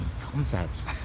Concepts